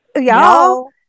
Y'all